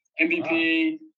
MVP